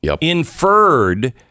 inferred